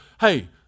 Hey